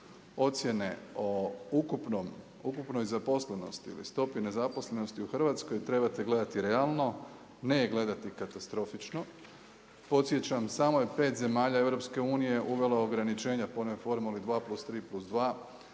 ocjene o ukupnoj zaposlenosti ili stopi nezaposlenosti u Hrvatskoj, trebate gledati realno, ne je gledati katastrofično. I podsjećam, samo je 5 zemalja EU, uvelo ograničenje po onoj formuli 2+3+2,